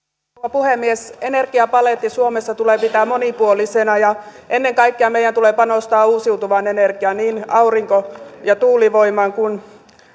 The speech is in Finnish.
puhemies energiapaletti suomessa tulee pitää monipuolisena ja ennen kaikkea meidän tulee panostaa uusiutuvaan energiaan niin aurinko ja tuulivoimaan kuin